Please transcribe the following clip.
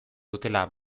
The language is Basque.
dutela